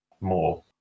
more